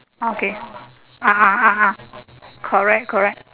okay ah ah ah ah correct correct